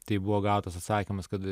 tai buvo gautas atsakymas kad